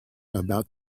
about